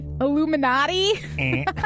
Illuminati